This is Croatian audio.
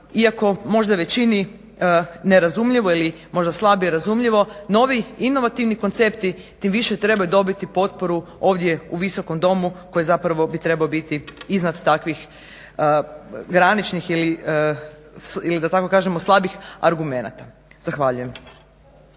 iako možda većini nerazumljivo ili možda slabije razumljivo novi inovativni koncepti tim više trebaju dobiti potporu ovdje u Visokom domu koji zapravo bi trebao biti iznad takvih graničnih ili da tako kažemo slabih argumenata. Zahvaljujem.